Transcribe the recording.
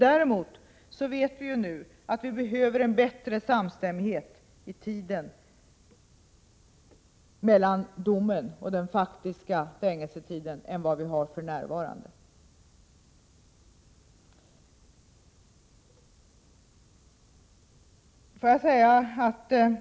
Däremot vet vi nu att det behövs en bättre samstämmighet i tiden mellan domen och den faktiska fängelsetiden än vad som för närvarande är fallet.